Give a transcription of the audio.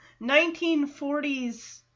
1940s